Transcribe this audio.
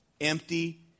Empty